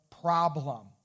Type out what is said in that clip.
problem